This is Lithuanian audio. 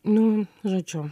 nu žodžiu